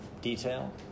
detail